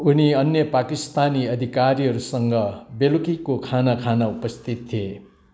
उनी अन्य पाकिस्तानी अधिकारीहरूसँग बेलुकीको खाना खान उपस्थित थिए